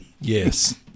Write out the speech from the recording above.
Yes